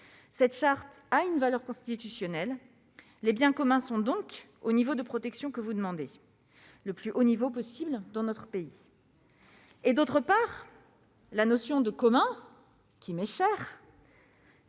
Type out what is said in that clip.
Cette charte a une valeur constitutionnelle. Les biens communs sont donc au niveau de protection que vous demandez, le plus haut niveau possible dans notre pays. Non ! Par ailleurs, la notion de « communs », qui m'est chère,